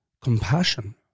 compassion